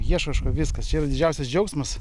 ieško kažko viskas čia jau didžiausias džiaugsmas